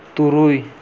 ᱛᱩᱨᱩᱭ